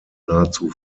nahezu